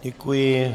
Děkuji.